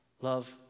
love